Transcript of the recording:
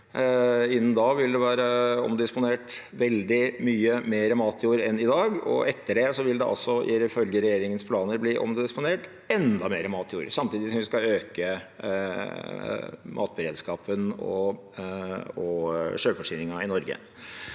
Innen da vil det være omdisponert veldig mye mer matjord enn i dag, og etter det vil det altså, ifølge regjeringens planer, bli omdisponert enda mer matjord – samtidig som vi skal øke matberedskapen og selvforsyningen i Norge.